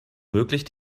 möglich